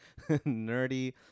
nerdy